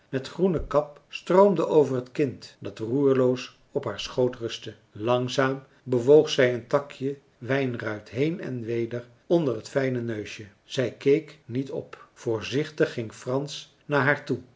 met groene kap stroomde over het kind dat roerloos op haar schoot rustte langzaam bewoog zij een takje wijnruit heen en weder onder het fijne neusje zij keek niet op voorzichtig ging frans naar haar toe